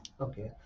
Okay